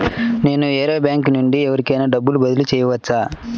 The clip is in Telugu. నేను వేరే బ్యాంకు నుండి ఎవరికైనా డబ్బు బదిలీ చేయవచ్చా?